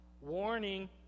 Warning